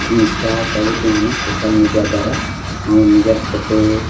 insta ସବୁଠି ଆମେ social media ଦ୍ଵାରା ଆମର୍ ନିଜର୍ ଫଟୋ